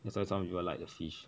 that's why some people like the fish